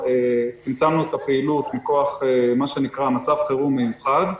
צמצמנו את הפעילות מכוח מה שנקרא "מצב חירום מיוחד"